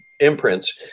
imprints